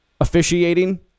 officiating